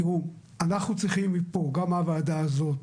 תראו, אנחנו צריכים מפה, גם מהוועדה הזאת,